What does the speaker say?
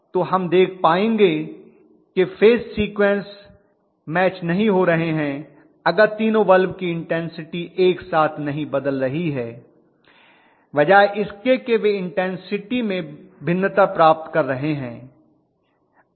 तो हम देख पाएंगे कि फेज सीक्वेंस मैच नहीं हो रहे हैं अगर तीनो बल्ब की इन्टेन्सिटी एक साथ नहीं बदल रही है बजाय इसके कि वे इन्टेन्सिटी में भिन्नता प्राप्त कर रहे हैं